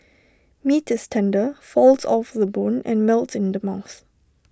meat is tender falls off the bone and melts in the mouth